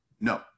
no